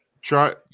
Try